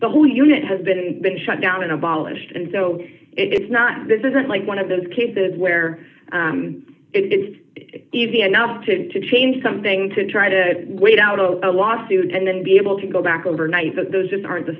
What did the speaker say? the whole unit has been been shut down and abolished and so it's not this isn't like one of those cases where it's easy enough to to change something to try to wait out of a lawsuit and then be able to go back overnight so those just aren't the